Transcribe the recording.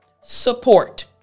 support